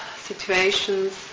situations